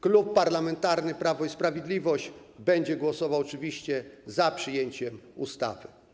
Klub Parlamentarny Prawo i Sprawiedliwość będzie głosował oczywiście za przyjęciem ustawy.